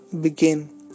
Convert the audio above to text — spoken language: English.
Begin